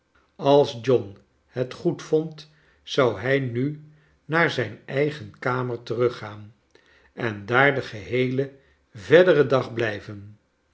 als john het goedvond zou htj nu naar zijn eigen kamer teruggaan en daar den geheelen verderen dag blijven